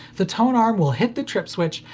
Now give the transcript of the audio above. the tone arm will hit the trip switch,